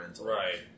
Right